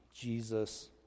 Jesus